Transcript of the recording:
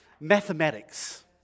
mathematics